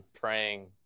Praying